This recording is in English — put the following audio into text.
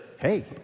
hey